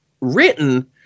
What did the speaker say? written